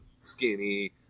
skinny